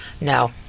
No